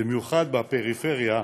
במיוחד בפריפריה,